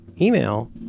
email